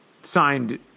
signed